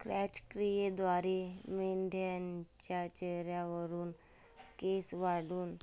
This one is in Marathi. क्रॅच क्रियेद्वारे मेंढाच्या चेहऱ्यावरुन केस काढून